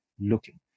looking